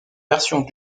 versions